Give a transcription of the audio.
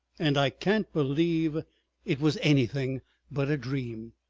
and i can't believe it was anything but a dream.